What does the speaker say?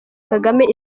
kagame